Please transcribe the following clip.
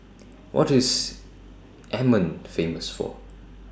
What IS Amman Famous For